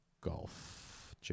Golf